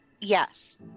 Yes